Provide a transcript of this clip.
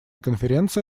конференция